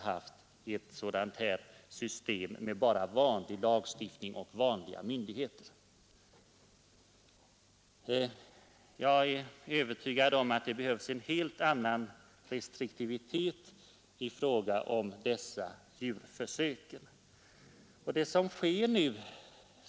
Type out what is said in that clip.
Jag är dessutom övertygad om att det behövs en helt annan restriktivitet i fråga om djurförsöken.